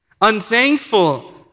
unthankful